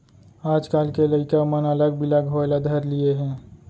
आजकाल के लइका मन अलग बिलग होय ल धर लिये हें